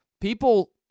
people –